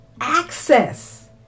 access